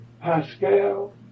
Pascal